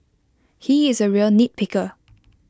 he is A real nitpicker